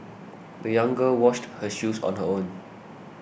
the young girl washed her shoes on her own